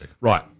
right